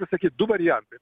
kaip sakyt du variantai